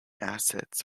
assets